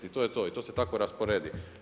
I to je to, to se tako rasporedi.